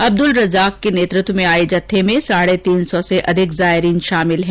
अब्दुल रज्जाक के नेतृत्व में आए जत्थे में साढे तीन सौ से अधिक जायरीन शामिल हैं